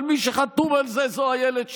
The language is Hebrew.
אבל מי שחתום על זה זו אילת שקד.